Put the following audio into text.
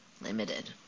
limited